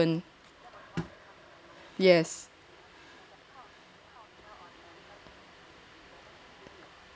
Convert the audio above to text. yes